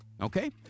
okay